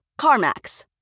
CarMax